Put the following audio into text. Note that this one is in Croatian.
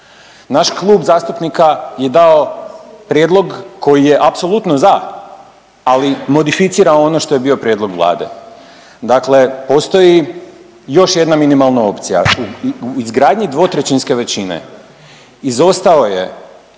Naš klub zastupnika je dao prijedlog koji je apsolutno za, ali modificira ono što je bio prijedlog Vlade. Dakle, postoji jedna minimalna opcija. U izgradnji dvotrećinske većine izostao je